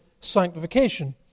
sanctification